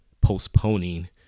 postponing